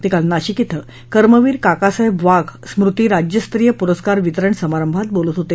ते काल नाशिक श्रे कर्मवीर काकासाहेब वाघ स्मुती राज्यस्तरीय पुरस्कार वितरण समारंभात बोलत होते